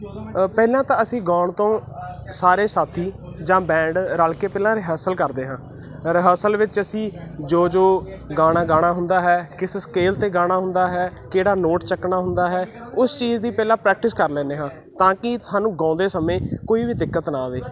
ਪਹਿਲਾਂ ਤਾਂ ਅਸੀਂ ਗਾਉਣ ਤੋਂ ਸਾਰੇ ਸਾਥੀ ਜਾਂ ਬੈਂਡ ਰਲ ਕੇ ਪਹਿਲਾਂ ਰਿਹਰਸਲ ਕਰਦੇ ਹਾਂ ਰਿਹਰਸਲ ਵਿੱਚ ਅਸੀਂ ਜੋ ਜੋ ਗਾਣਾ ਗਾਣਾ ਹੁੰਦਾ ਹੈ ਕਿਸ ਸਕੇਲ 'ਤੇ ਗਾਣਾ ਹੁੰਦਾ ਹੈ ਕਿਹੜਾ ਨੋਟ ਚੱਕਣਾ ਹੁੰਦਾ ਹੈ ਉਸ ਚੀਜ਼ ਦੀ ਪਹਿਲਾਂ ਪ੍ਰੈਕਟਿਸ ਕਰ ਲੈਂਦੇ ਹਾਂ ਤਾਂ ਕਿ ਸਾਨੂੰ ਗਾਉਂਦੇ ਸਮੇਂ ਕੋਈ ਵੀ ਦਿੱਕਤ ਨਾ ਆਵੇ